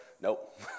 Nope